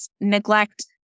neglect